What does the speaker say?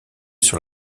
sur